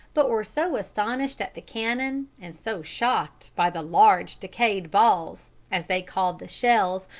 but were so astonished at the cannon, and so shocked by the large decayed balls, as they called the shells,